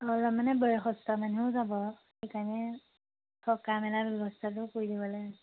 অলপ মানে বয়সস্থ মানুহো যাব আৰু সেইকাৰণে থকা মেলা ব্যৱস্থাটো কৰি দিবলৈ লাগে